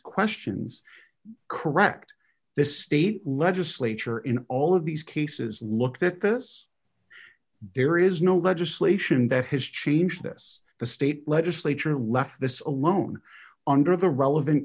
questions correct the state legislature in all of these cases looked at this there is no legislation that has changed this the state legislature and left this alone under the relevant